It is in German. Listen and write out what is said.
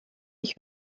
ich